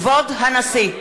כבוד הנשיא!